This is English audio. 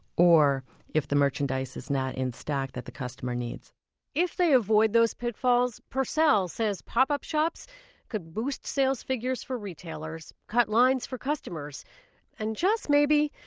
or if the merchandise is not in stock that the customer needs if they avoid those pitfalls, purcell says pop-up shops could boost sales figures for retailers, cut lines for customers and just maybe,